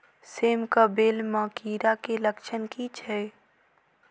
सेम कऽ बेल म कीड़ा केँ लक्षण की छै?